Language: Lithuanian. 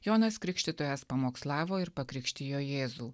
jonas krikštytojas pamokslavo ir pakrikštijo jėzų